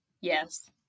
yes